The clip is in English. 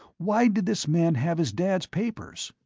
why did this man have his dad's papers?